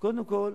אז קודם כול,